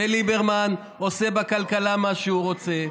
וליברמן עושה בכלכלה מה שהוא רוצה.